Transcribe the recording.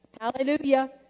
Hallelujah